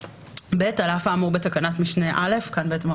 (ב) על אף האמור בתקנת משנה (א) כאן אנו